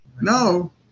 No